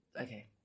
Okay